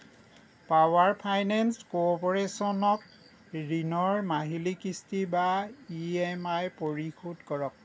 power finance কো অ'পাৰেছনক ঋণৰ মাহিলী কিস্তি বা ই এম আই পৰিশোধ কৰক